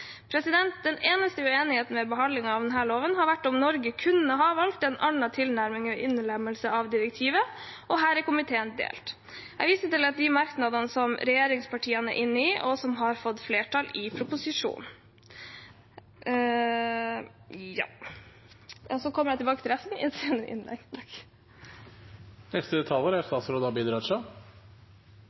Den eneste uenigheten ved behandlingen av denne loven har vært om Norge kunne valgt en annen tilnærming enn innlemmelse av direktivet, og her er komiteen delt. Jeg viser til de merknadene som regjeringspartiene er med på, og som har fått flertall i innstillingen. Jeg kommer tilbake til resten i et senere innlegg. Jeg er glad for at flertallet i